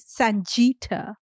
Sanjita